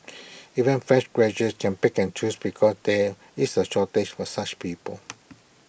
even fresh graduates can pick and choose because there is A shortage for such people